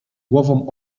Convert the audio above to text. głową